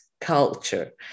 Culture